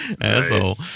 asshole